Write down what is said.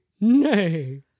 nay